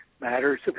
matters